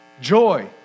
joy